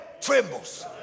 trembles